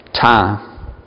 time